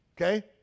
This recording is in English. okay